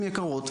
הן יקרות,